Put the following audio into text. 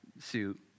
suit